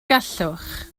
gallwch